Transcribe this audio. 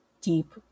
deep